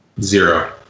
Zero